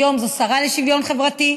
היום זו שרה לשוויון חברתי,